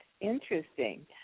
interesting